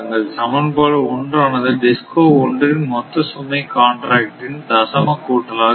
சமன்பாடு 1 ஆனது DISCO 1 இன் மொத்த சுமை காண்ட்ராக்ட் இன் தசம கூட்டலாக இருக்கும்